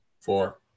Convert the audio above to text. Four